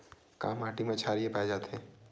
का माटी मा क्षारीय पाए जाथे?